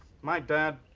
my dad